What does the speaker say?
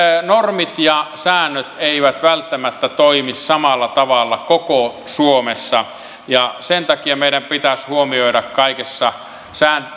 normit ja säännöt eivät välttämättä toimi samalla tavalla koko suomessa ja sen takia meidän pitäisi huomioida kaikissa